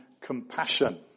compassion